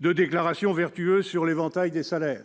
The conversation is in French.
de déclarations vertueuses sur l'éventail des salaires